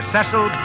Cecil